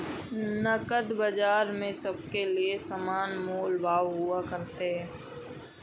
नकद बाजार में सबके लिये समान मोल भाव हुआ करते हैं